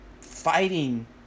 fighting